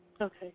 Okay